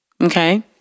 Okay